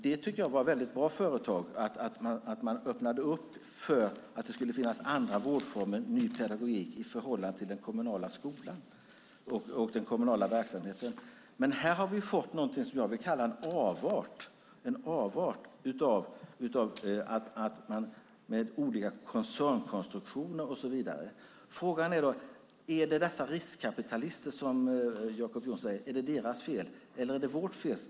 Det tycker jag var väldigt bra företag. Man öppnade upp för att det skulle finnas andra vårdformer och ny pedagogik i förhållande till den kommunala verksamheten, skolan och så vidare. Men här har vi fått någonting som jag vill kalla en avart med olika koncernkonstruktioner och så vidare. Frågan är då: Är det dessa riskkapitalisters fel, som Jacob Johnson säger, eller är det vårt fel?